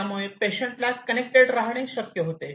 त्यामुळे पेशंटला कनेक्टेड राहणे शक्य होते